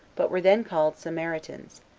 but were then called samaritans,